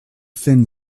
thin